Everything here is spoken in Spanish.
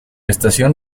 estación